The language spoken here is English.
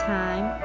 time